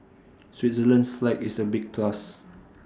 Switzerland's flag is A big plus